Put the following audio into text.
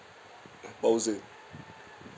bowser